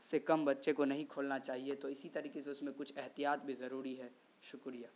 سے کم بچے کو نہیں کھولنا چاہیے تو اسی طریقے سے اس میں کچھ احتیاط بھی ضروری ہے شکریہ